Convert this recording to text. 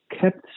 kept